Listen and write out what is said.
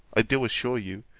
i do assure you,